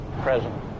Present